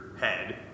head